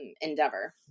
endeavor